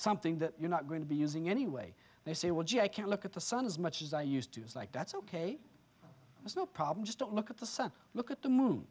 something that you're not going to be using anyway they say well gee i can't look at the sun as much as i used to is like that's ok there's no problem just don't look at the sun look at the moon